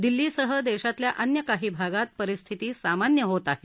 दिल्लीसह देशातल्या अन्य काही भागात परिस्थिती सामान्य होत आहे